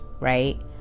right